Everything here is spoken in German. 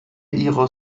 ihrer